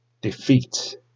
defeat